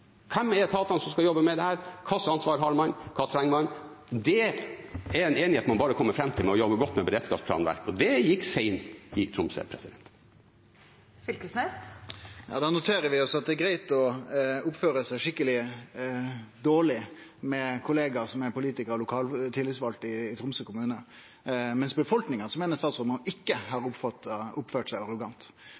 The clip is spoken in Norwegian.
er det som skal jobbe med dette, hvilket ansvar har man, hva trenger man? Det er en enighet man bare kommer fram til ved å jobbe godt med beredskapsplanverk, og det gikk sent i Tromsø. Det blir oppfølgingsspørsmål – først Torgeir Knag Fylkesnes. Da noterer vi oss at det er greitt å oppføre seg skikkeleg dårleg med kollegaer som er politikarar, og lokalt tillitsvalde i Tromsø kommune, mens mot befolkninga meiner statsråden at han ikkje har oppført seg arrogant.